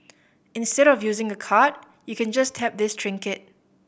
instead of using a card you can just tap this trinket